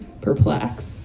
perplexed